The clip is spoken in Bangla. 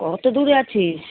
অতো দূরে আছিস